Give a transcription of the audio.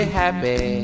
happy